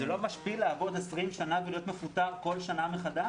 זה לא משפיל לעבוד 20 שנה ולהיות מפוטר כל שנה מחדש?